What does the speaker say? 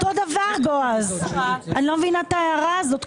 אני לא מבינה את ההערה הזאת,